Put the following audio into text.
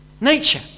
nature